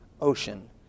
Ocean